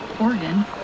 Oregon